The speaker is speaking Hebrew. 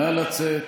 נא לצאת.